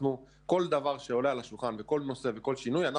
כל דבר שעולה על השולחן וכל נושא וכל שינוי,